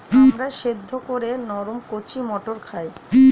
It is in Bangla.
আমরা সেদ্ধ করে নরম কচি মটর খাই